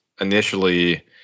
initially